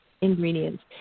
ingredients